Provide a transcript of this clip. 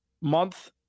month